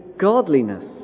godliness